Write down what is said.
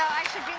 i should